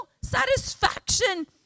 satisfaction